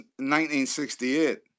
1968